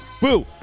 Boo